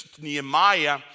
Nehemiah